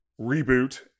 reboot